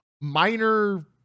minor